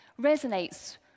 resonates